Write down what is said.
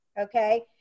okay